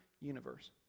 universe